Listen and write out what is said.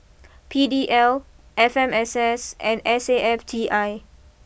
P D L F M S S and S A F T I